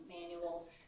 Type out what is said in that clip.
Manual